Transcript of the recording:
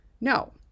No